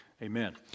Amen